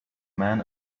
man